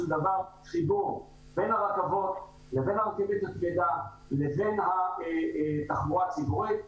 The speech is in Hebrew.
דבר חיבור בין הרכבות לבין ה --- לבין התחבורה הציבורית.